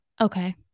Okay